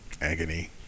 Agony